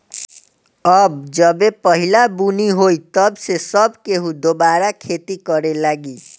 अब जबे पहिला बुनी होई तब से सब केहू दुबारा खेती करे लागी